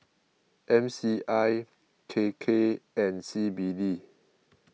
M C I K K and C B D